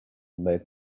made